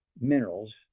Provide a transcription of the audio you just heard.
minerals